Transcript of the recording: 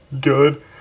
good